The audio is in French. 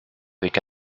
avec